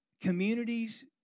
communities